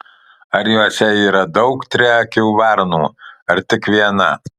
ar juose yra daug triakių varnų ar tik viena